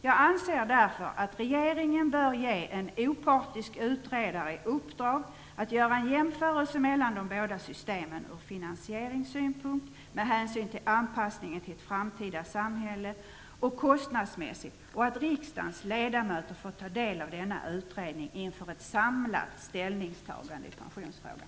Jag anser därför att regeringen bör ge en opartisk utredare i uppdrag att göra en jämförelse mellan de båda systemen med hänsyn till finansiering, anpassning till ett framtida samhälle och kostnad och att riksdagens ledamöter bör få ta del av denna utredning inför ett samlat ställningstagande i pensionsfrågan.